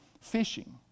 fishing